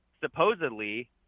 supposedly